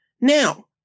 Now